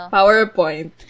PowerPoint